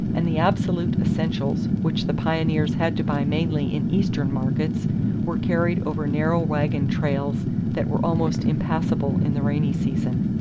and the absolute essentials which the pioneers had to buy mainly in eastern markets were carried over narrow wagon trails that were almost impassable in the rainy season.